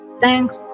thanks